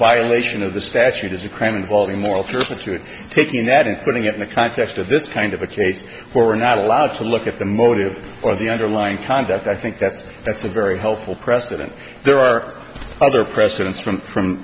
violation of the statute is a crime involving moral turpitude taking that and putting it in the context of this kind of a case where we're not allowed to look at the motive or the underlying conduct i think that's that's a very helpful precedent there are other presidents from from